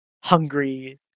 hungry